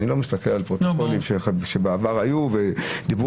אני לא מסתכל על פרוטוקולים שבעבר היו ודיברו